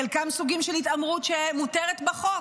חלקם סוגים של התעמרות שמותרת בחוק,